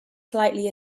slightly